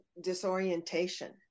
disorientation